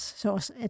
zoals